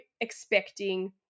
expecting